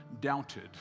doubted